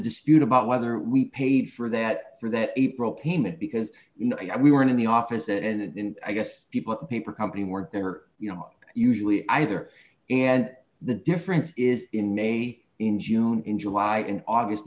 dispute about whether we paid for that for that april payment because we were in the office and i guess people at the paper company were there you know usually either and the difference is in may in june in july and august